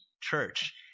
church